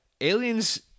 Aliens